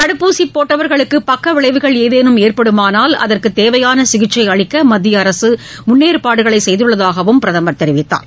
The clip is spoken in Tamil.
தடுப்பூசி போட்டவர்களுக்கு பக்கவிளைவுகள் ஏதேனும் ஏற்படுமானால் அதற்கு தேவையான சிகிச்சை அளிக்க மத்திய அரசு முன்னேற்பாடுகளை செய்துள்ளதாகவும் பிரதமர் தெரிவித்தார்